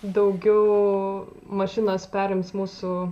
daugiau mašinos perims mūsų